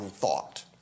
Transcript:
thought